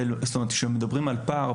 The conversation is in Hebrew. כשמדברים על פער,